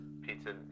Pizza